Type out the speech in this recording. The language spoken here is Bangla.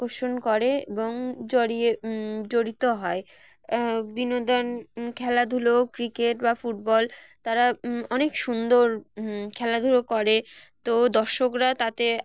আকর্ষণ করে এবং জড়িয়ে জড়িত হয় বিনোদন খেলাধুলো ক্রিকেট বা ফুটবল তারা অনেক সুন্দর খেলাধুলো করে তো দর্শকরা তাতে